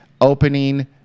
opening